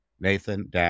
Nathan